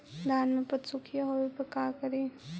धान मे पत्सुखीया होबे पर का करि?